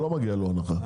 לא מגיעה לו הנחה.